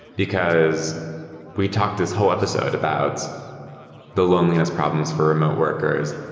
because we talked this whole episode about the loneliness problems for remote workers.